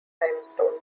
limestone